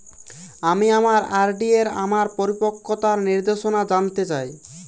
আমি আমার আর.ডি এর আমার পরিপক্কতার নির্দেশনা জানতে চাই